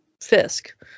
Fisk